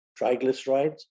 triglycerides